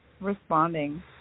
responding